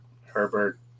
Herbert